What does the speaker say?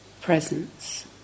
presence